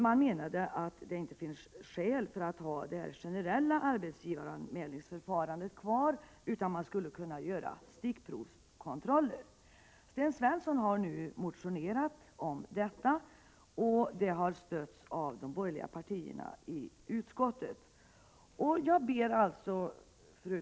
Man menade att det inte fanns skäl för att ha kvar detta generella arbetsgivaranmälningsförfarande. I stället skulle det kunna göras stickprovskontroller. Sten Svensson har nu motionerat om detta, och motionen har stötts av de borgerliga partierna i utskottet. Fru talman!